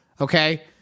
Okay